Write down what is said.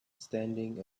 standing